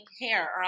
hair